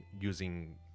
using